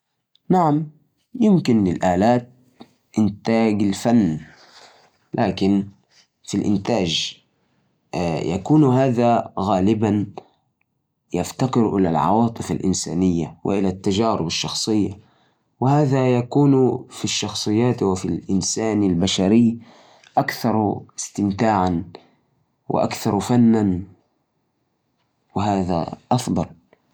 الألات تقدر تنتج الفن، بس يظل الفن جهد بشري بشكل أساسي. التكنولوجيا مثل الذكاء الاصطناعي ممكن تساعد في خلق أعمال فنية، لكنها تعتمد على البيانات والتعلم من الأعمال البشرية. الفن يعبر عن المشاعر والتجارب الإنسانية، وهالشيء يصعب تقليدها. بالتالي ممكن نعتبر إنتاج الألات للفن كأداة مساعدة، لكن اللمسة الإنسانية تبقي أساسية في الفن.